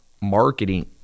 marketing